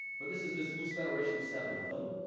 but this is this loose federation of seven of them.